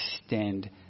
extend